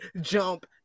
jump